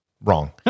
wrong